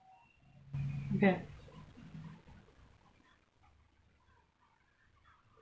okay